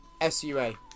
S-U-A